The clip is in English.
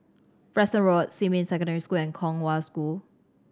Preston Road Xinmin Secondary School and Kong Hwa School